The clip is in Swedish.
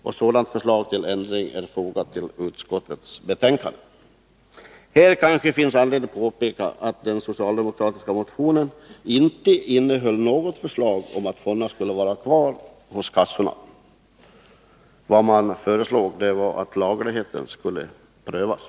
Ett sådant förslag till ändring är fogat till utskottets betänkande. Här kanske det finns anledning att påpeka att den socialdemokratiska motionen inte innehöll något förslag om att fonderna skulle vara kvar hos kassorna. Man föreslog bara att lagligheten skulle prövas.